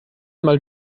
mal